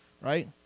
right